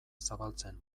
zabaltzen